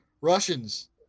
Russians